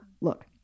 look